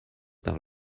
par